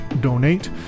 donate